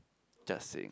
just saying